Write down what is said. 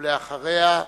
ואחריה,